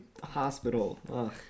hospital